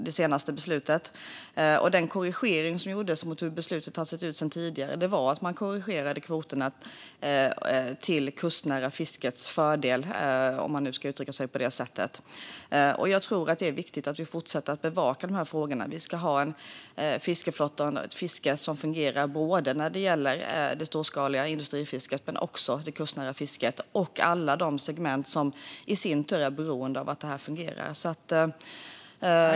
Det beslut som fattades mot bakgrund av tidigare beslut innebar att kvoterna korrigerades till det kustnära fiskets fördel - om man ska uttrycka sig på det sättet. Det är viktigt att vi fortsätter att bevaka frågorna. Vi ska ha en fiskeflotta och ett fiske som fungerar för både det storskaliga industrifisket och det kustnära fisket samt alla de segment som i sin tur är beroende av att fisket fungerar.